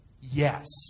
Yes